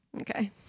Okay